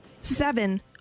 seven